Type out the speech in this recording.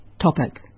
topic